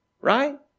right